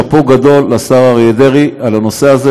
שאפו גדול לשר אריה דרעי על הנושא הזה,